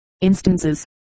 instances